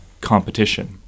competition